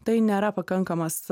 tai nėra pakankamas